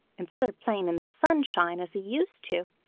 instead of playing in the sunshine as he used to